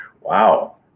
Wow